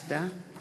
תודה.